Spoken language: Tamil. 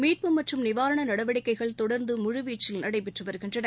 மீட்பு மற்றும் நிவாரண நடவடிக்கைகள் தொடர்ந்து முழுவீச்சில் நடைபெற்று வருகின்றன